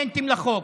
לחוק.